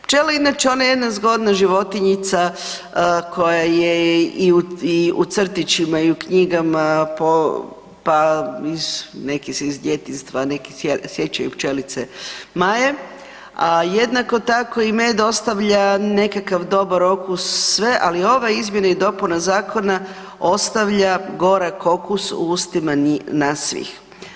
Pčele inače, ona je jedna zgodna životinjica koja je i u crtićima i u knjigama po, pa neke se iz djetinjstva sjećaju pčelice Maje, a jednako tako, i med ostavlja nekakav dobar okus, sve, ali ove izmjene i dopuna zakona ostavlja gorak okus u ustima nas svih.